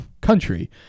country